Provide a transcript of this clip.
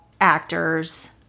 actors